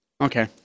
Okay